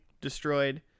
destroyed